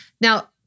Now